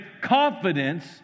confidence